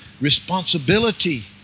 responsibility